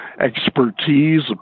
expertise